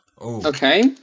Okay